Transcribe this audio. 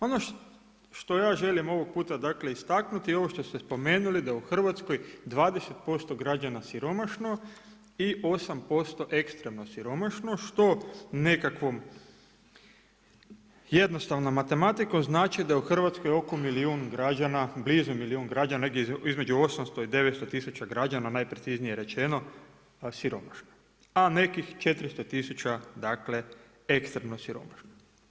Ono što ja želim ovog puta dakle, istaknuti, ovo što ste spomenuli da u Hrvatskoj 20% građana je siromašno i 8% ekstremno siromašno, što nekakvom jednostavnom matematikom znači da u Hrvatskoj oko milijuna građana, blizu milijun građana, negdje između 800 i 900 tisuća građana najpreciznije rečeno siromašno, a nekih 400 tisuća dakle, ekstremno siromašno.